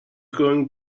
going